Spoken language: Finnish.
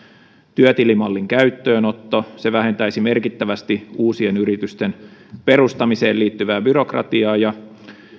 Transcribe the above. työtilimallin käyttöönotto se vähentäisi merkittävästi uusien yritysten perustamiseen liittyvää byrokratiaa ja